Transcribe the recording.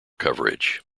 coverage